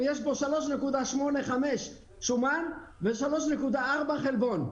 יש 3.85% שומן ו-3.4% חלבון.